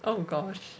oh gosh